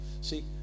see